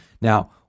Now